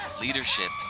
Leadership